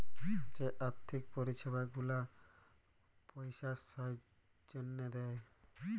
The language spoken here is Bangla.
যে আথ্থিক পরিছেবা গুলা পইসার জ্যনহে দেয়